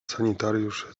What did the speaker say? sanitariusz